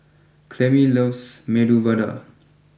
Clemie loves Medu Vada